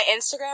Instagram